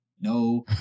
no